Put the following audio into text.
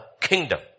kingdom